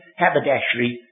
haberdashery